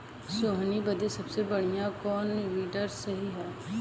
सोहनी बदे सबसे अच्छा कौन वीडर सही रही?